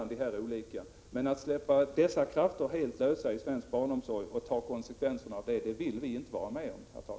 Men, herr talman, vi vill inte vara med om att släppa dessa krafter helt lösa i svensk barnomsorg, med de konsekvenser som detta medför.